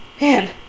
man